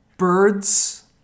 Birds